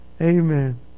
Amen